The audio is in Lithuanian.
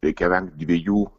reikia vengt dviejų